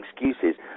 excuses